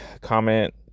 comment